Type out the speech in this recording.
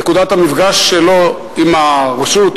נקודת המפגש שלו עם הרשות,